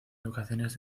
locaciones